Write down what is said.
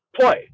play